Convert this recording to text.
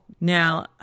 Now